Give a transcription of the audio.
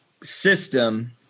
system